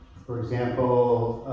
for example